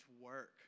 work